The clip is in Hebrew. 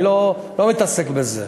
אני לא מתעסק בזה.